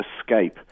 escape